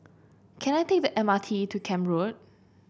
can I take the M R T to Camp Road